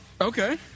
Okay